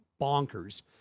bonkers